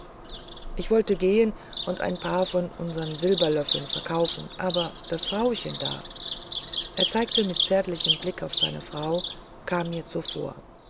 ich wollte gehen und ein paar von unseren silberlöffeln verkaufen aber das frauchen da er zeigte mit zärtlichem blick auf seine frau kam mir zuvor